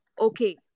okay